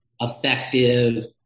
effective